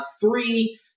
Three